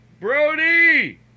Brody